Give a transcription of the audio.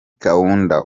kaunda